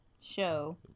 Show